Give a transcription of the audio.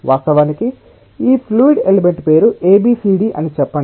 వాస్తవానికి ఈ fluid element పేరు ABCD అని చెప్పండి